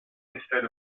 instead